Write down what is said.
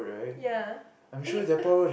ya eh